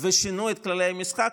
ושינו את כללי המשחק,